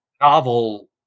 novel